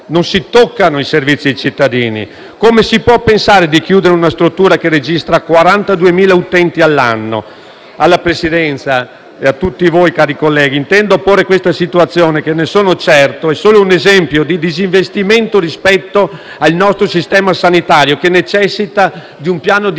Non si toccano i servizi ai cittadini. Come si può pensare di chiudere una struttura che registra 42.000 utenti all'anno? Alla Presidenza e a tutti voi, colleghi, intendo porre questa situazione che - ne sono certo - è solo un esempio di disinvestimento rispetto al nostro sistema sanitario, che necessita di un piano di